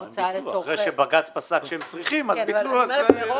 אחרי שבג"ץ פסק שהם צריכים, ביטלו.